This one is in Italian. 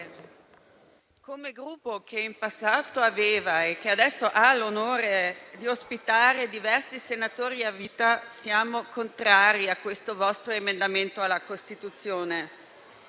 come Gruppo che in passato aveva e che adesso ha l'onore di ospitare diversi senatori a vita, siamo contrari a questo vostro emendamento alla Costituzione.